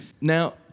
Now